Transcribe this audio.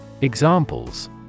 Examples